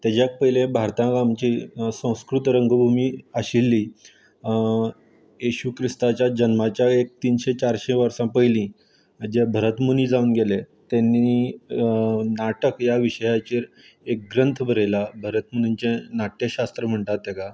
तेज्या पयलें भारतान आमची संस्कृत रंगभुमी आशिल्ली येशुक्रिस्ताच्या जन्माच्या एक तिनशे चारशे वर्सां पयलीं जे भरतमुनी जावन गेले तेनीं नाटक ह्या विशयाचेर एक ग्रंथ बरयलां भरतमुनीचें नाट्यशात्र म्हणटात तेका